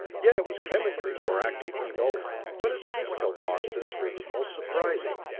yet it was chemically more active than gold. but its physical constants were the most surprising.